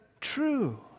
true